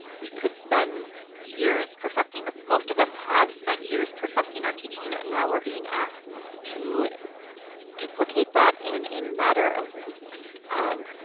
we could spend years perfecting, most of us have spent years perfecting our teaching ah and now we're being asked to duplicate that in a matter of weeks. and